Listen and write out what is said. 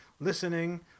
listening